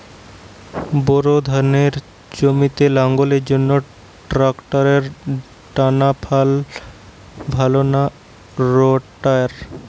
Bore ধানের জমি লাঙ্গলের জন্য ট্রাকটারের টানাফাল ভালো না রোটার?